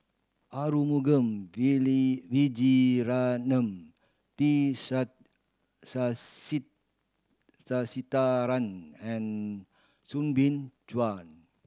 Arumugam Vijiaratnam T Sasitharan and Soo Bin Chua